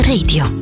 Radio